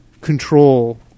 control